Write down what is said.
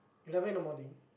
eleven in the morning